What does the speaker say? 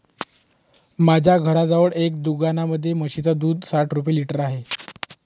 माझ्या घराजवळ एका दुकानामध्ये म्हशीचं दूध साठ रुपये लिटर आहे